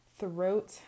Throat